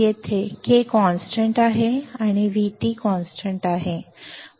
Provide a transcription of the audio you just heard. येथे K स्थिर आहे आणि VT स्थिर आहे